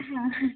ಹಾಂ